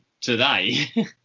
today